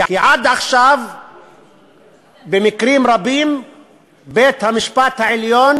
כי עד עכשיו במקרים רבים בית-המשפט העליון